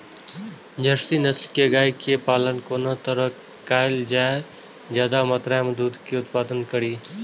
Jersey नस्ल के गाय के पालन कोन तरह कायल जाय जे ज्यादा मात्रा में दूध के उत्पादन करी?